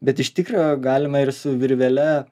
bet iš tikro galima ir su virvele